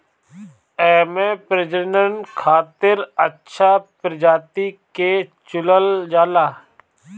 एमे प्रजनन खातिर अच्छा प्रजाति के चुनल जाला